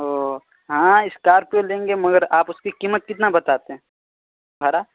اوہ ہاں اسکارپیو لیں گے مگر آپ اس کی قیمت کتنا بتاتے ہیں بھاڑا